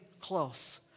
close